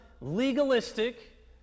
legalistic